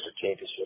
championship